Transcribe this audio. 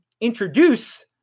introduce